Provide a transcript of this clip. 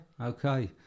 okay